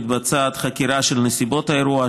מתבצעת חקירה של נסיבות האירוע,